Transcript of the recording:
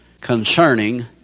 concerning